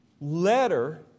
letter